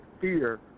fear